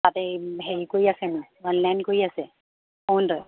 তাত এই হেৰি কৰি আছে হেনো অনলাইন কৰি আছে অৰুণোদয়